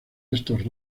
estos